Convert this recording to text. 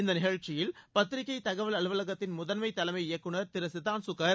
இந்த நிகழ்ச்சியில் பத்திரிகை தகவல் அலுவலகத்தின் முதன்மை தலைமை இயக்குநர் திரு சித்தான்சு கர்